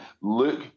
look